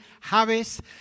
Harris